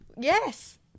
Yes